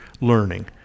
learning